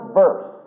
verse